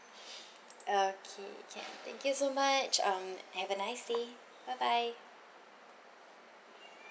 okay thank you so much um have a nice day bye bye